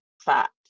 fat